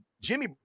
Jimmy